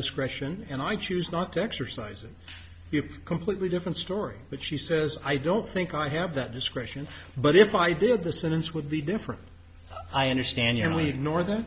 discretion and i choose not to exercise it completely different story but she says i don't think i have that discretion but if i did the sentence would be different i understand you're only ignore that